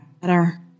better